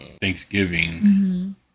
Thanksgiving